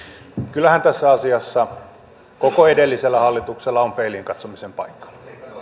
kyllähän tässä asiassa koko edellisellä hallituksella on peiliin katsomisen paikka